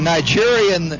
Nigerian